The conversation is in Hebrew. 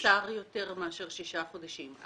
זה יכול להיות קצר יותר מאשר שישה חודשים.